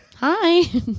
Hi